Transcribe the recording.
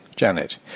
Janet